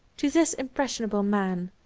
to this impressionable man,